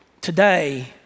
Today